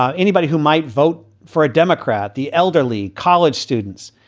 ah anybody who might vote for a democrat, the elderly, college students,